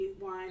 wine